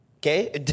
Okay